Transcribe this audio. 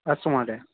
अस्तु महोदय